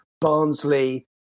barnsley